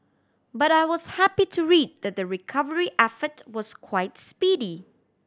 but I was happy to read that the recovery effort was quite speedy